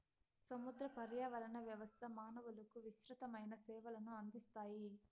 సముద్ర పర్యావరణ వ్యవస్థ మానవులకు విసృతమైన సేవలను అందిస్తాయి